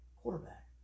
quarterback